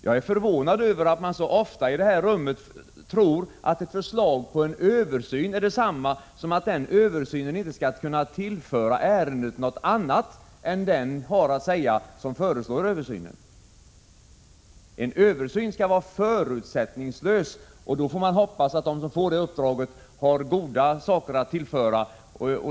Jag är förvånad över att man så ofta i den här salen tycks tro att ett förslag till översyn är detsamma som att denna översyn inte skall kunna tillföra ärendet någonting annat än vad den har att säga som föreslår översynen. En översyn skall vara förutsättningslös. Man får hoppas att de som får uppdraget har goda synpunkter att tillföra.